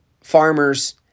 farmers